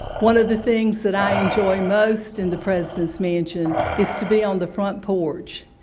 one of the things that i enjoy most in the president's mansion is to be on the fornt porch.